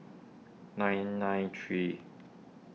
nine nine three